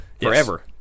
forever